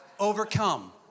overcome